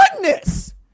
Goodness